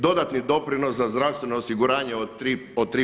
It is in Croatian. Dodatni doprinos za zdravstveno osiguranje od 3%